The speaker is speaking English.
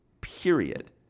period